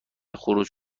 خروج